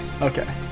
okay